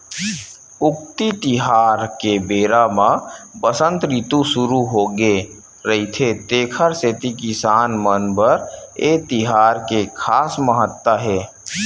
उक्ती तिहार के बेरा म बसंत रितु सुरू होगे रहिथे तेखर सेती किसान मन बर ए तिहार के खास महत्ता हे